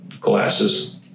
glasses